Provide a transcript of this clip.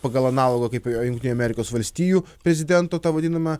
pagal analogą kaip jungtinių amerikos valstijų prezidento ta vadinama